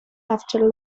after